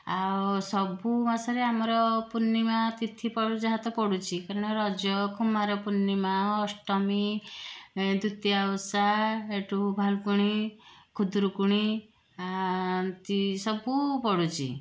ଆଉ ସବୁ ମାସରେ ଆମର ପୂର୍ଣ୍ଣିମା ତିଥି ପର୍ବ ଯାହା ତ ପଡ଼ୁଛି କାରଣ ରଜ କୁମାର ପୂର୍ଣ୍ଣିମା ଅଷ୍ଟମୀ ଦ୍ଵିତୀୟା ଓଷା ସେଠୁ ଭାଲକୁଣି ଖୁଦୁରୁକୁଣୀ ହେଉଛି ସବୁ ପଡ଼ୁଛି